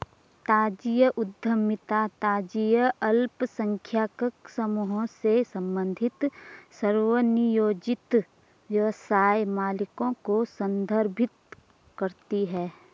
जातीय उद्यमिता जातीय अल्पसंख्यक समूहों से संबंधित स्वनियोजित व्यवसाय मालिकों को संदर्भित करती है